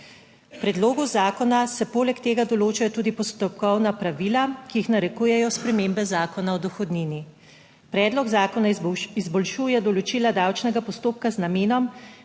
V predlogu zakona se poleg tega določajo tudi postopkovna pravila, ki jih narekujejo spremembe Zakona o dohodnini. Predlog zakona izboljšuje določila davčnega postopka z namenom,